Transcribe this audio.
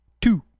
two